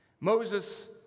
Moses